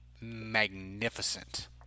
magnificent